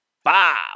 Five